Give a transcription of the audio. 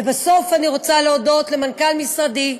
ובסוף אני רוצה להודות למנכ"ל משרדי,